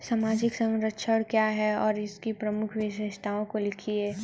सामाजिक संरक्षण क्या है और इसकी प्रमुख विशेषताओं को लिखिए?